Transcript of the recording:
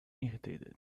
irritated